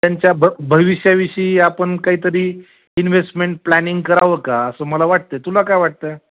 त्यांच्या भ भविष्याविषयी आपण काहीतरी इन्व्हेस्टमेंट प्लॅनिंग करावं का असं मला वाटतं आहे तुला काय वाटतं आहे